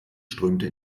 strömte